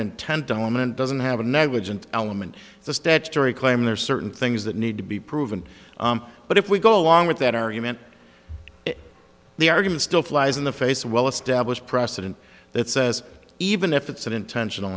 intent on and doesn't have a negligent element it's a statutory claim there are certain things that need to be proven but if we go along with that argument the argument still flies in the face of well established precedent that says even if it's an intentional